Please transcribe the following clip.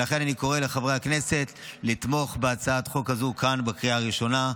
ולכן אני קורא לחברי הכנסת לתמוך בהצעת החוק הזו כאן בקריאה הראשונה,